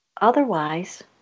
otherwise